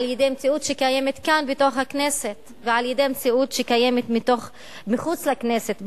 על-ידי מציאות שקיימת כאן בכנסת ועל-ידי מציאות שקיימת מחוץ לכנסת,